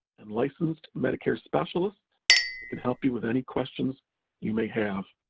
and licensed medicare specialists that can help you with any questions you may have.